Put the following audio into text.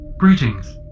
Greetings